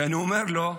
ואני אומר לו: